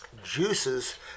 juices